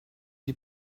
die